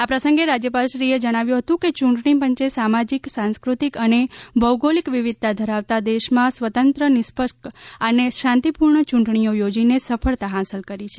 આ પ્રસંગે રાજયપાલશ્રીએ જણાવ્યું હતું કે ચૂંટણી પંચે સામાજિક સાંસ્કૃતિક અને ભૌગોલિક વિવિધતા ધરાવતા દેશમાં સ્વતંત્ર નિષ્પક્ષ અને શાંતિપૂર્ણ યૂંટણીઓ યોજીને સફળતા હાંસલ કરી છે